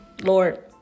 Lord